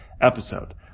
episode